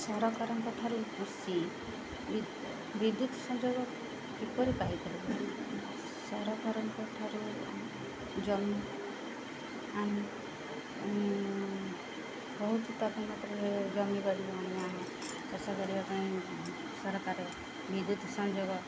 ସରକାରଙ୍କ ଠାରୁ କୃଷି ବିଦ୍ୟୁତ ସଂଯୋଗ କିପରି ପାଇପାରିବ ସରକାରଙ୍କ ଠାରୁ ଜମି ଆମେ ବହୁତ ଚାଷ କରିବା ପାଇଁ ସରକାର ବିଦ୍ୟୁତ ସଂଯୋଗ